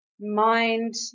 mind